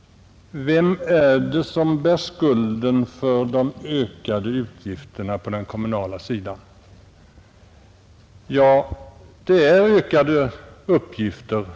Vad är det som bär skulden för de ökade utgifterna på det kommunala området? Ja, kommunerna har fått ökade uppgifter.